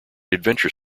adventure